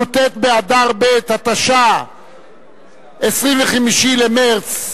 י"ט באדר ב' התשע"א, 25 במרס 2011,